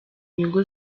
nyungu